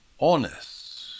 honest